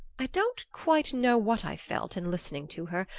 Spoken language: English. i don't quite know what i felt in listening to her.